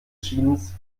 jeans